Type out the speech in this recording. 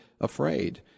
afraid